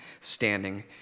standing